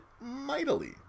mightily